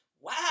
wow